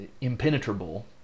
impenetrable